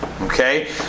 Okay